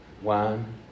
One